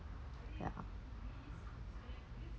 ya